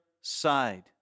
side